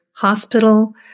hospital